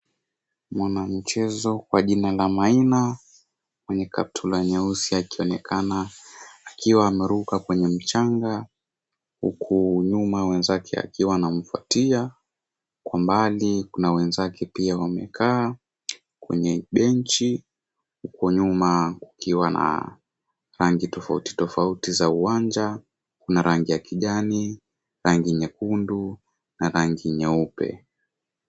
Mwanamchezo kwa jina la Maina, mwenye kaptula nyeusi akionekana akiwa ameruka kwenye mchanga, huku nyuma wenzake akiwa anamfuatia, kwa mbali kuna wenzake pia wamekaa, kwenye (cs)bench(cs), huko nyuma kukiwa na rangi tofauti tofauti za uwanja, kuna rangi ya kijani, rangi nyekundu na rangi nyeupe.